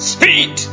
Speed